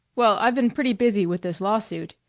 well, i've been pretty busy with this lawsuit,